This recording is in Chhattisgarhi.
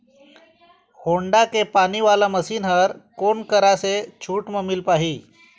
होण्डा के पानी वाला मशीन हर कोन करा से छूट म मिल पाही?